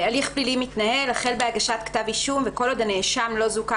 ""הליך פלילי מתנהל" החל בהגשת כתב אישום וכל עוד הנאשם לא זוכה